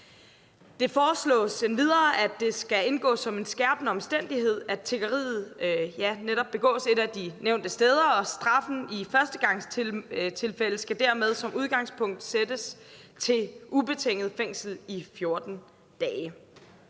Det foreslås endvidere, at det skal indgå som en skærpende omstændighed, at tiggeriet netop foregår et af de nævnte steder, og straffen skal i førstegangstilfælde dermed som udgangspunkt sættes til ubetinget fængsel i 14 dage.